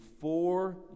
four